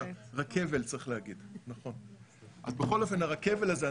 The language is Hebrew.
אז בכל אופן הרכבל הזה,